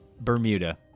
bermuda